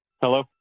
Hello